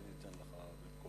לכן אתן לך עוד דקות.